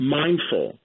mindful